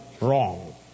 wrong